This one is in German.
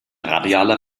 radialer